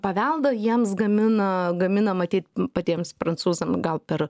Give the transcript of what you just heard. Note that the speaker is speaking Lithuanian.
paveldą jiems gamina gamina matyt patiems prancūzams gal per